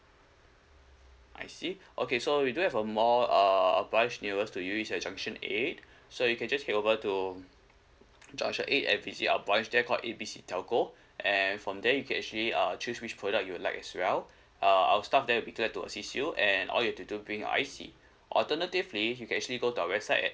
I see okay so we do have a mall err a branch nearest to you is at junction eight so you can just head over to junction eight and visit our branch there called A B C telco and from there you can actually uh choose which product you would like as well uh our staff there will be glad to assist you and all you have to do bring your I_C alternatively you can actually go to our website at